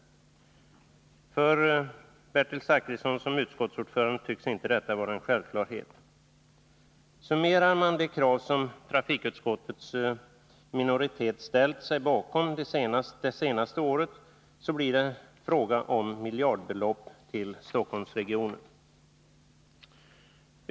För Bertil Zachrisson i egenskap av utskottsordförande tycks detta inte vara en självklarhet. Summerar man de krav som trafikutskottets minoritet ställt sig bakom det senaste året, så blir det fråga om miljardbelopp till Stockholmsregionen.